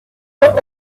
were